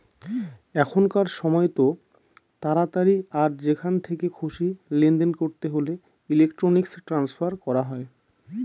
এখনকার সময়তো তাড়াতাড়ি আর যেখান থেকে খুশি লেনদেন করতে হলে ইলেক্ট্রনিক ট্রান্সফার করা হয়